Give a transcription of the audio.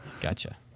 Gotcha